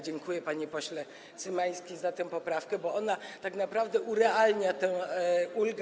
Dziękuję, panie pośle Cymański, za tę poprawkę, bo ona tak naprawdę urealnia tę ulgę.